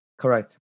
Correct